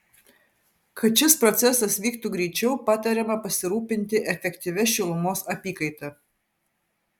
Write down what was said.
kad šis procesas vyktų greičiau patariama pasirūpinti efektyvia šilumos apykaita